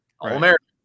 All-American